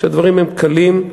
כשהדברים הם קלים,